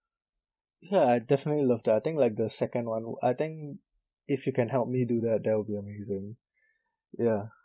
ya I'd definitely love that I think like the second one would I think if you can help me do that that'll be amazing ya